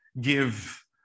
give